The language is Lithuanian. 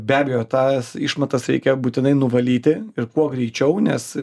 be abejo tas išmatas reikia būtinai nuvalyti ir kuo greičiau nes